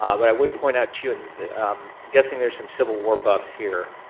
um what i would point out, too, and i'm guessing there's some civil war buffs here,